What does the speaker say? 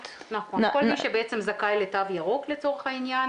--- כל מי שבעצם זכאי לתו ירוק לצורך העניין,